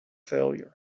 failure